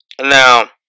Now